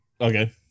Okay